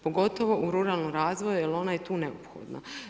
Pogotovo u ruralni razvoj jer ona je tu neophodna.